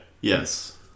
yes